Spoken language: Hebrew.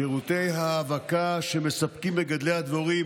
שירותי ההאבקה שמספקים מגדלי הדבורים,